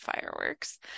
fireworks